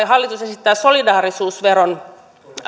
hallitus esittää solidaarisuusveron